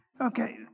Okay